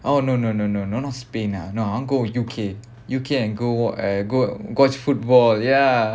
oh no no no no no not spain ah no I want to go U_K U_K and go and go watch football ya